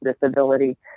disability